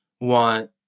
want